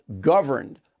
governed